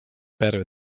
better